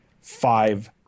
five